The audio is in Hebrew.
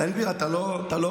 בן גביר, אתה באופסייד,